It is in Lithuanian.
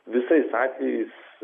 visais atvejais